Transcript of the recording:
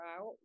out